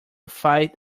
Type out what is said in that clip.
fight